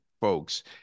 folks